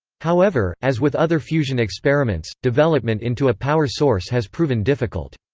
however, as with other fusion experiments, development into a power source has proven difficult.